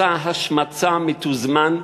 מסע השמצה מתוזמן,